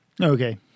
Okay